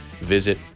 visit